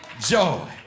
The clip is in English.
joy